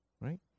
right